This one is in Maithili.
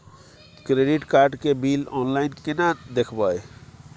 क्रेडिट कार्ड के बिल ऑनलाइन केना देखबय?